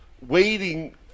waiting